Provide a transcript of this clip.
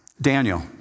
Daniel